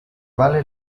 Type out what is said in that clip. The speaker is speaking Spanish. vale